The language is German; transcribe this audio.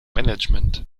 management